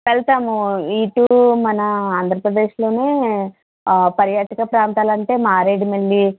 వెళ్తాము ఇటు మన ఆంధ్రప్రదేశ్లోనే పర్యాటక ప్రాంతాలంటే మారేడుమిల్లి